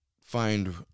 find